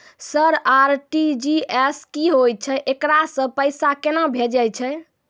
Sir RTGS की होय छै, एकरा से पैसा केना भेजै छै?